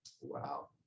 Wow